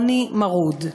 עוני מרוד.